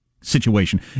situation